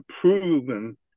proven